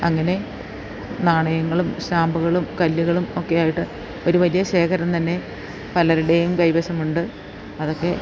അങ്ങനെ നാണയങ്ങളും സ്റ്റാമ്പുകളും കല്ലുകളും ഒക്കെയായിട്ട് ഒരു വലിയ ശേഖരം തന്നെ പലരുടെയും കൈവശമുണ്ട് അതൊക്കെ